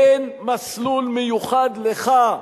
אין מסלול מיוחד לך,